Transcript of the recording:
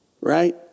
right